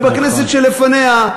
ובכנסת שלפניה,